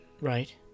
Right